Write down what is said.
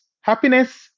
Happiness